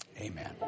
Amen